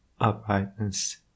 uprightness